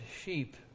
sheep